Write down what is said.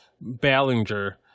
Ballinger